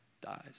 dies